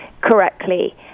correctly